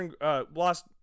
lost